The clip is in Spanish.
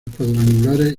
cuadrangulares